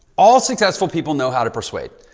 all successful people know how to persuade.